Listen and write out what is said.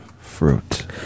fruit